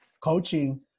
coaching